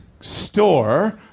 store